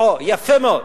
אה, יפה מאוד.